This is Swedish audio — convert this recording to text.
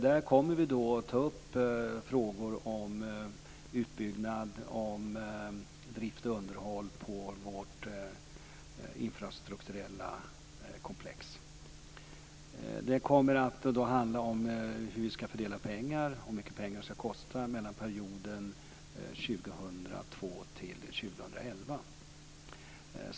Där kommer vi att ta upp frågor om utbyggnad, drift och underhåll av vårt infrastrukturella komplex. Den kommer att handla om hur vi ska fördela pengar och hur mycket pengar det ska kosta under perioden 2002-2011.